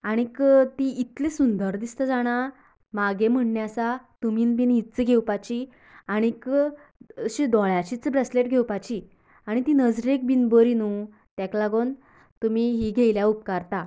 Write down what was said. आनीक ती इतली सुंदर दिसता जाणा म्हागे म्हण्णे आसा तुमीन बीन हिंच घेवपाची आनीक अशीं दोळ्याचीच ब्रेसलेट घेवपाची आनीक ती नजरेक बरी नू तेक लागोन तुमी ही घेयल्यार उपकारता